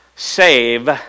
Save